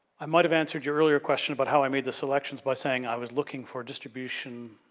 i might have answered your earlier question about how i made the selections by saying i was looking for distribution,